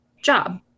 job